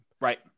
Right